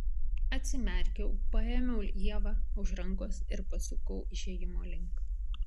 atsimerkiau paėmiau ievą už rankos ir pasukau išėjimo link